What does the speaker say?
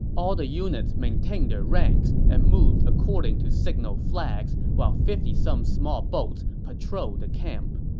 all the units maintained their ranks and moved according to signal flags, while fifty some small boats patrolled the camp.